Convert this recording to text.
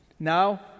Now